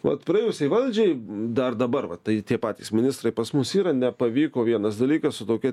vat praėjusiai valdžiai dar dabar va tai tie patys ministrai pas mus yra nepavyko vienas dalykas su tokia